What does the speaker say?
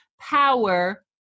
power